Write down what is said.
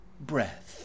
breath